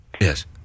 Yes